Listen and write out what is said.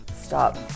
Stop